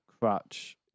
crutch